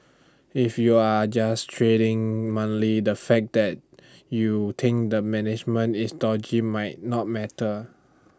if you're just trading monthly the fact that you think the management is dodgy might not matter